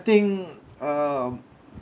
think uh